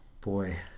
Boy